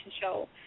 show